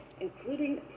including